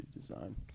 design